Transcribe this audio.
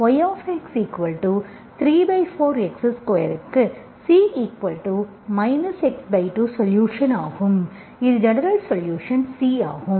yx34x2 க்கு C x2 solution ஆகும் இது ஜெனரல் சொலுஷன் C ஆகும்